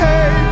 Hey